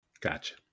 gotcha